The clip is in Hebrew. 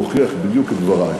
זה מוכיח בדיוק את דברי,